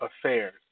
affairs